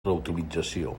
reutilització